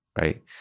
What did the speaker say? right